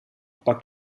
pak